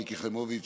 מיקי חיימוביץ',